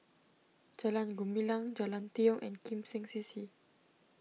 Jalan Gumilang Jalan Tiong and Kim Seng C C